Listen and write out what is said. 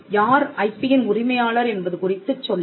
யார் ஐபியின் உரிமையாளர் என்பது குறித்துச் சொல்லும்